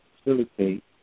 Facilitate